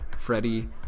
Freddie